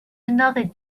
another